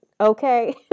Okay